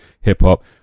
hip-hop